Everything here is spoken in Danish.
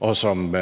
og som